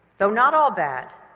though not all bad,